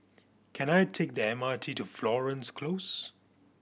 can I take the M R T to Florence Close